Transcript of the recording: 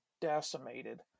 decimated